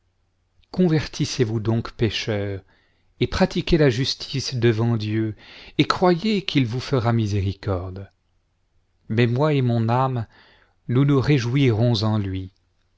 convertissez-vous donc pécheurs et pratiquez la justice devant dieu et croyez qu'il vous fera miséricorde mais moi et mon âme nous nous réjouirons en lui